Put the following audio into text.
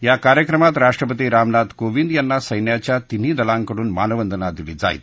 या कार्यक्रमात राष्ट्रपती रामनाथ कोविंद यांना सैन्याच्या तीनही दलांकडून मानवंदना दिली जाईल